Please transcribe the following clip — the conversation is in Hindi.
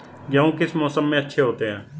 गेहूँ किस मौसम में अच्छे होते हैं?